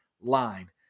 line